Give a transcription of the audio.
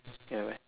ya why